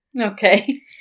Okay